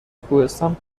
کوهستان